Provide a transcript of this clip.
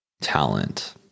talent